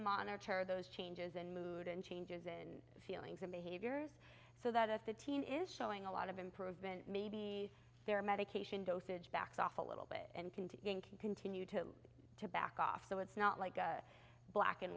monitor those changes in mood and changes in feelings and behaviors so that if the teen is showing a lot of improvement maybe their medication dosage backed off a little bit and continuing can continue to to back off so it's not like black and